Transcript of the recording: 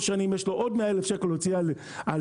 שנים יש לו עוד 100,000 שקל להוציא על טיפולים,